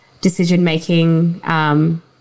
decision-making